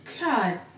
God